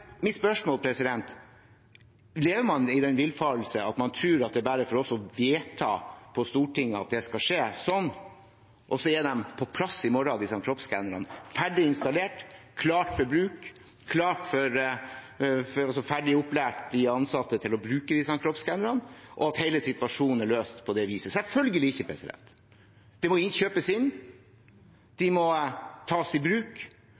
Mitt spørsmål er: Lever man i den villfarelse at man tror det bare er for oss på Stortinget å vedta at det skal skje, og så er kroppsskannerne på plass i morgen ferdig installert, klare for bruk, de ansatte er ferdig opplært til å bruke kroppsskannerne, og at hele situasjonen er løst på det viset? Selvfølgelig ikke, de må kjøpes inn, de må tas i bruk,